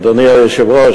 אדוני היושב-ראש,